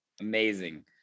amazing